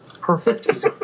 Perfect